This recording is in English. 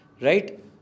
Right